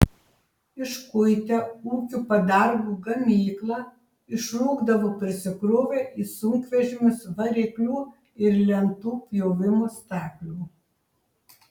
iškuitę ūkio padargų gamyklą išrūkdavo prisikrovę į sunkvežimius variklių ir lentų pjovimo staklių